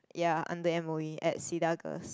ya under m_o_e at Cedar-Girls